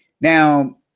Now